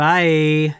Bye